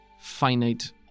Finite